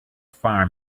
farm